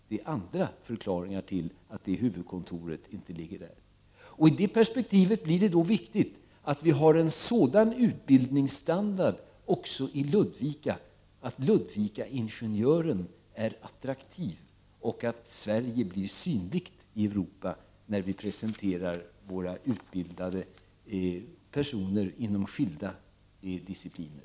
Det är andra förklaringar bakom att huvudkontoret inte ligger där. I det perspektivet blir det viktigt att Sverige har en sådan utbildningsstandard också i Ludvika, att Ludvikaingenjören är attraktiv och Sverige blir synligt i Europa när vi presenterar våra utbildade personer inom skilda discipliner.